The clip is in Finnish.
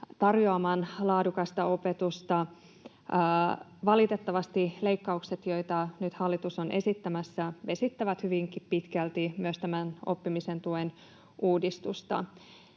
tarjoamaan laadukasta opetusta. Valitettavasti leikkaukset, joita nyt hallitus on esittämässä, vesittävät hyvinkin pitkälti myös tämän oppimisen tuen uudistusta.